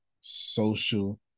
social